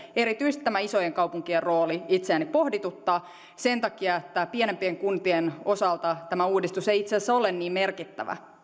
erityisesti tämä isojen kaupunkien rooli itseäni pohdituttaa sen takia että pienempien kuntien osalta tämä uudistus ei itse asiassa ole niin merkittävä